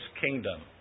kingdom